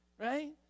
right